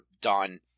done